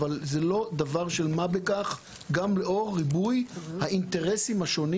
זה לא דבר של מה בכך גם לאור ריבוי האינטרסים השונים